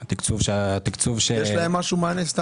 יש להם איזשהו מענה?